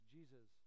Jesus